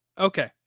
Okay